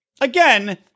again